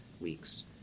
weeks